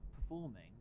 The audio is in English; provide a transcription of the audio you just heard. performing